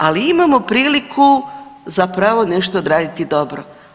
Ali imamo priliku zapravo nešto odraditi dobro.